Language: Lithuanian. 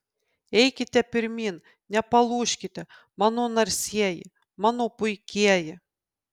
eikite pirmyn nepalūžkite mano narsieji mano puikieji